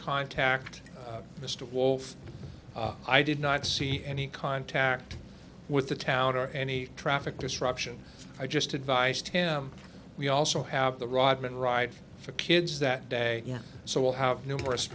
contact mr wolf i did not see any contact with the town or any traffic disruption i just advised him we also have the rodman rides for kids that day yet so we'll have numerous